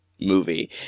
movie